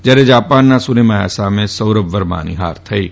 જ્યારે જાપાનના સુનેમાયા સામે સૌરભ વર્માની હાર થઇ છે